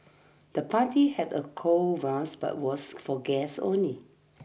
the party had a cool but was for guests only